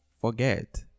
forget